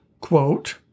quote